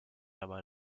dabei